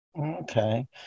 Okay